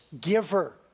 giver